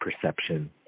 perception